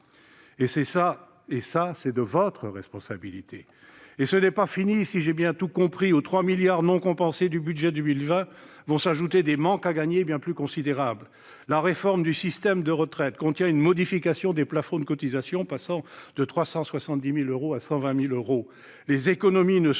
vides. Et ça, c'est de votre responsabilité ! Et ce n'est pas fini, si j'ai bien compris ! Aux 3 milliards d'euros non compensés du budget pour 2020 vont s'ajouter des manques à gagner bien plus considérables. La réforme du système de retraite contient une modification des plafonds de cotisation, qui passeraient de 370 000 euros à 120 000 euros. Or les économies, en